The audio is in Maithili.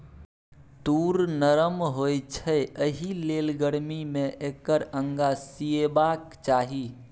तूर नरम होए छै एहिलेल गरमी मे एकर अंगा सिएबाक चाही